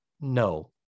no